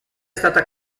stata